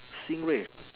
stingray